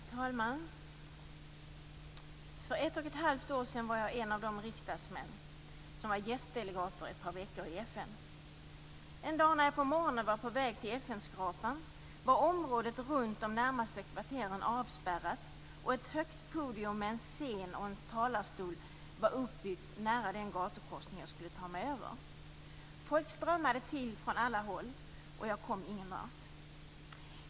Herr talman! För ett och ett halvt år sedan var jag en av de riksdagsledamöter som under ett par veckor var gästdelegater i FN. En morgon när jag var på väg till FN-skrapan var området och de närmaste kvarteren avspärrade, och ett högt podium med en scen och en talarstol hade uppförts nära den gatukorsning jag skulle ta mig över. Folk strömmade till från alla håll, och jag kom ingenvart.